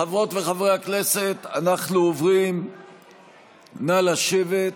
חברות וחברי הכנסת, נא לשבת.